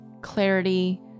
clarity